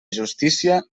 justícia